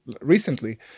recently